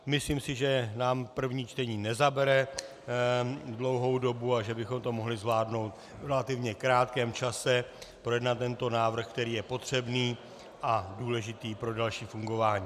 Myslím si, že nám první čtení nezabere dlouhou dobu a že bychom mohli zvládnout v relativně krátkém čase projednat tento návrh, který je potřebný a důležitý pro další fungování.